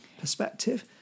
perspective